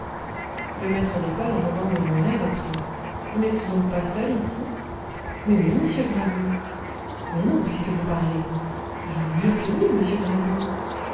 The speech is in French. le maître d'école entendant murmurer reprit vous n'êtes donc pas seul ici mais oui monsieur grabu mais non puisque vous parlez je vous jure que oui monsieur grabu